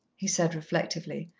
he said reflectively,